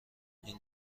این